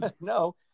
No